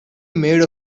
made